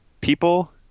people